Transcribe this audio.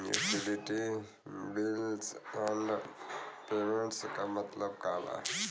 Utility bills and payments क मतलब का बा?